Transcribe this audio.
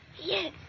Yes